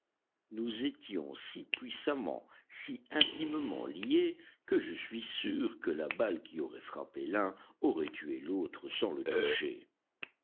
nous étions si puissamment si intimement liés que je suis sûr que la balle qui aurait frappé l'un aurait tué l'autre sans le toucher